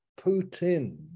Putin